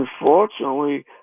unfortunately